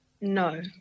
No